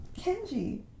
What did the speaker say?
Kenji